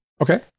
Okay